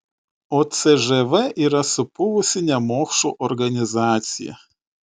o cžv yra supuvusi nemokšų organizacija